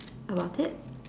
about it